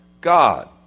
God